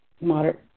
moderate